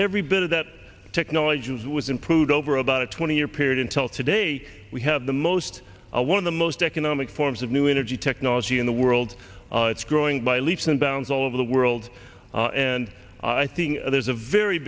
every bit of that technology which was improved over about a twenty year period until today we have the most one of the most economic forms of new energy technology in the world it's growing by leaps and bounds all over the world and i think there's a very